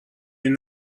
این